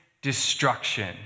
Destruction